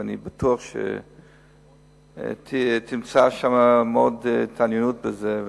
ואני בטוח שתמצא עניין בזה,